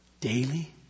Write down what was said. daily